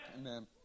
Amen